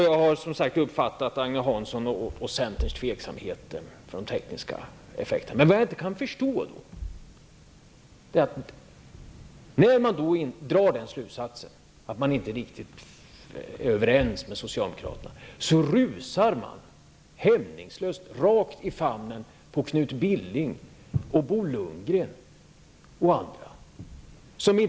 Jag har, som sagt, uppfattat att Agne Hansson och centern känner tveksamhet inför de tekniska effekterna. Däremot kan jag inte förstå att man, när man nu drar slutsatsen att man inte är riktigt överens med socialdemokraterna, hämningslöst rusar rakt i famnen på Knut Billing, Bo Lundgren och andra.